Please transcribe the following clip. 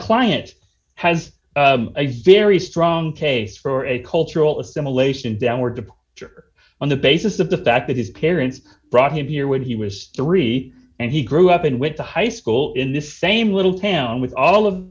client has a very strong case for a cultural assimilation downward to put her on the basis of the fact that his parents brought him here when he was three and he grew up and went to high school in this same little town with all of